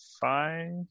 five